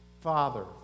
Father